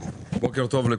בוקר טוב.